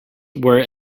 were